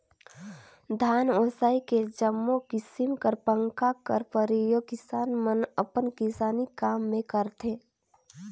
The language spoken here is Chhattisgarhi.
धान ओसाए के जम्मो किसिम कर पंखा कर परियोग किसान मन अपन किसानी काम मे करथे